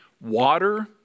water